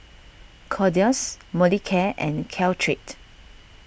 Kordel's Molicare and Caltrate